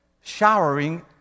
showering